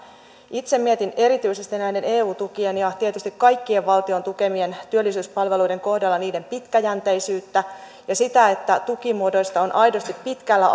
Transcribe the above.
itse mietin erityisesti näiden eu tukien ja tietysti kaikkien valtion tukemien työllisyyspalveluiden kohdalla niiden pitkäjänteisyyttä ja sitä että tukimuodoista on aidosti pitkällä